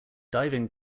diving